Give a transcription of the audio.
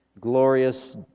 glorious